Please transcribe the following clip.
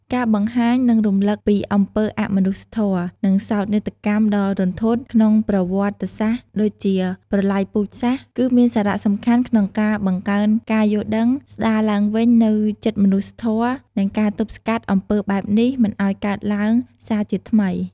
ការបង្ហាញ និងរំលឹកពីអំពើអមនុស្សធម៌ និងសោកនាដកម្មដ៏រន្ធត់ក្នុងប្រវត្តិសាស្ត្រដូចជាប្រល័យពូជសាសន៍ គឺមានសារៈសំខាន់ក្នុងការបង្កើនការយល់ដឹង ស្ដារឡើងវិញនូវចិត្តមនុស្សធម៌ និងការទប់ស្កាត់អំពើបែបនេះមិនឱ្យកើតឡើងសារជាថ្មី។